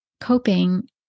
coping